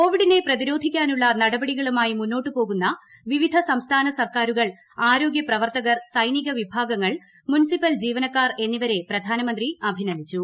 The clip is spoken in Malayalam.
കോവിഡിനെ പ്രതിരോധിക്കാനുള്ള നടപടികളുമായി മുന്നോട്ടു പോകുന്ന വിവിധ സംസ്ഥാന സർക്കാരുകൾ ആരോഗ്യ പ്രവർത്തകർ സൈനിക വിഭാഗങ്ങൾ മുനിസിപ്പൽ ജീവനക്കാർ എന്നിവരെ പ്രധാനമന്ത്രി അഭിനന്ദിച്ചു